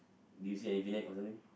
do you see any V neck or something